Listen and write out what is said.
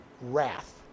wrath